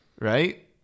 Right